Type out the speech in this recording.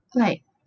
like